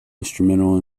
instrumental